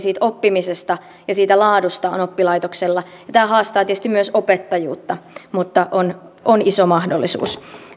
siitä oppimisesta ja siitä laadusta on oppilaitoksella ja tämä haastaa tietysti myös opettajuutta mutta on on iso mahdollisuus